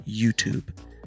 YouTube